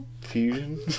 Fusion